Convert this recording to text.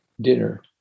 dinner